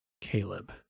Caleb